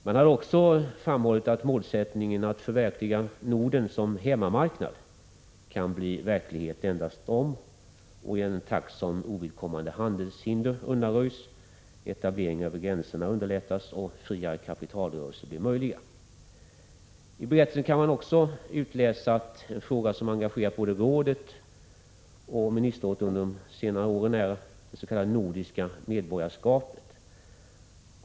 Man hade också framhållit att målsättningen att förverkliga Norden som hemmamarknad kan bli verklighet endast om och i den takt som ovidkommande handelshinder undanröjs, etableringar vid gränserna underlättas och friare kapitalrörelser blir möjliga. I berättelsen kan man också utläsa att en fråga som engagerat både rådet och ministerrådet under senare år är det s.k. nordiska medborgarskapet.